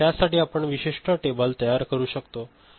त्या साठी आपण विशिष्ट टेबल तयार करू शकतो